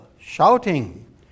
shouting